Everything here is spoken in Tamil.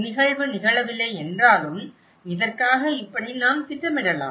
நிகழ்வு நிகழவில்லை என்றாலும் இதற்காக இப்படி நாம் திட்டமிடலாம்